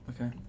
Okay